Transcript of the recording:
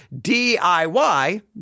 DIY